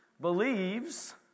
believes